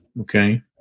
Okay